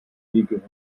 gehört